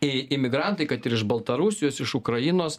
imigrantai kad ir iš baltarusijos iš ukrainos